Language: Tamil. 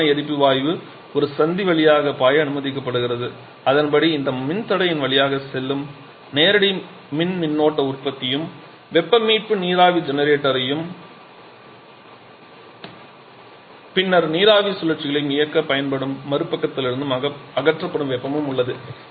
சூடான எரிப்பு வாயு ஒரு சந்தி வழியாகப் பாய அனுமதிக்கப்படுகிறது அதன்படி இந்த மின்தடையின் வழியாகச் செல்லும் நேரடி மின் மின்னோட்ட உற்பத்தியும் வெப்ப மீட்பு நீராவி ஜெனரேட்டரையும் பின்னர் நீராவி சுழற்சியையும் இயக்கப் பயன்படும் மறுபக்கத்திலிருந்து அகற்றப்படும் வெப்பமும் உள்ளது